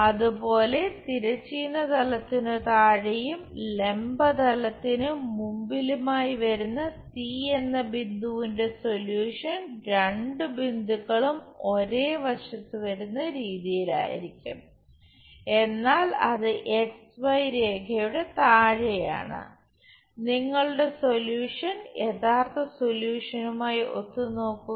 അതുപോലെ തിരശ്ചീന തലത്തിനു താഴെയും ലംബ തലത്തിനു മുമ്പിലുമായി വരുന്ന സി എന്ന ബിന്ദുവിന്റെ സൊല്യൂഷൻ രണ്ട് ബിന്ദുക്കളും ഒരേ വശത്തു വരുന്ന രീതിയിലായിരിക്കും എന്നാൽ അത് രേഖയുടെ താഴെയാണ് നിങ്ങളുടെ സൊല്യൂഷൻ യഥാർത്ഥ സൊല്യൂഷനുമായി ഒത്തു നോക്കുക